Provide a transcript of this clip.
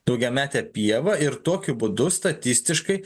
daugiamete pieva ir tokiu būdu statistiškai